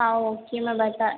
हाँ ओके मैं बता